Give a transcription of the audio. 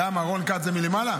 למה, רון כץ זה מלמעלה?